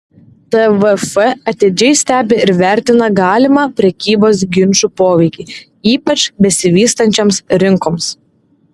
tvf atidžiai stebi ir vertina galimą prekybos ginčų poveikį ypač besivystančioms rinkoms